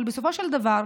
אבל בסופו של דבר,